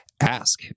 Ask